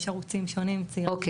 יש ערוצים שונים --- אוקיי,